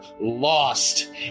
lost